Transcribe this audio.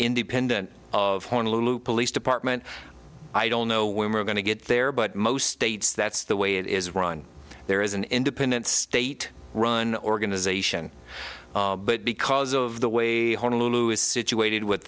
independent of honolulu police department i don't know when we're going to get there but most states that's the way it is run there is an independent state run organization but because of the way honolulu is situated with